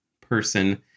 person